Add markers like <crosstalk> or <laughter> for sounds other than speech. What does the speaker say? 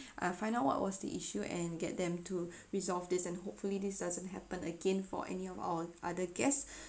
and find out what was the issue and get them to <breath> resolve this and hopefully this doesn't happen again for any of our other guests <breath>